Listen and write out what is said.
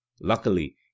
luckily